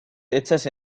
hechas